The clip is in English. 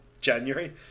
January